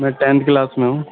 میں ten class میں ہوں